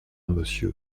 monsieur